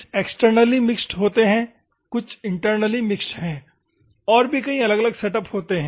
कुछ externally mixed होते हैं कुछ इंटरनली मिक्स्ड है और भी कई अलग अलग सेटअप होते हैं